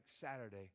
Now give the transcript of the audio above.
Saturday